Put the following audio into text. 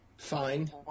Fine